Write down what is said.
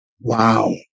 Wow